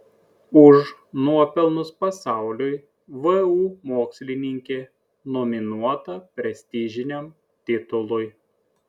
už nuopelnus pasauliui vu mokslininkė nominuota prestižiniam titului